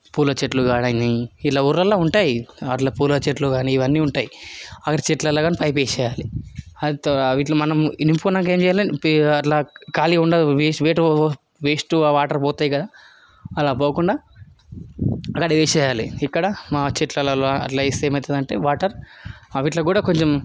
పూల చెట్లు కానీ ఇలా ఊర్లలో ఉంటాయి అట్లా పూల చెట్లు కానీ ఇవన్నీ ఉంటాయి అవిటి చెట్లల్లో కానీ పైపు వేసేయాలి అవి మనం నింపుకున్నాకా ఏం చేయాలి కాళీ ఉండవు వేస్ట్ అవ్వవు వేస్ట్ ఆ వాటర్ పోతాయి కదా అలా పోకుండా దాన్ని విడిచేయాలి ఇక్కడ మా చెట్లలో అలా వేస్తే ఏమవుతుంది అంటే వాటర్ అవిట్లలో కూడా కొంచెం